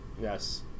Yes